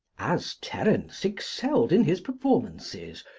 as terence excelled in his performances,